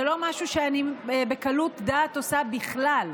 זה לא משהו שאני בקלות דעת עושה בכלל.